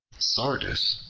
sardis,